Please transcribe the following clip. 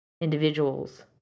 individuals